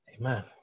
Amen